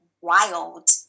wild